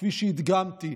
כפי שהדגמתי.